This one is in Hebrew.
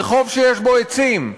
רחוב שיש בו עצים,